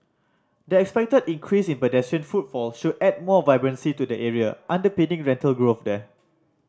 the expected increase in pedestrian footfall should add more vibrancy to the area underpinning rental growth there